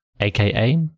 aka